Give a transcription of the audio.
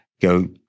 go